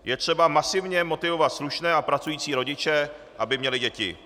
Je třeba masivně motivovat slušné a pracující rodiče, aby měli děti.